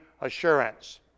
assurance